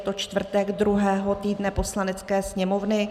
Je to čtvrtek druhého týdne Poslanecké sněmovny.